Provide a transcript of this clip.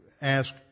ask